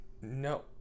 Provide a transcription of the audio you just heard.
no